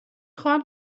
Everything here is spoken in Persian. خواهم